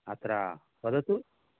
अत्र वदतु